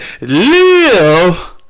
live